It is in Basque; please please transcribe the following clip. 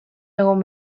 egon